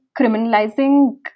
criminalizing